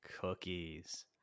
cookies